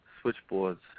switchboard's